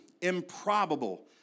improbable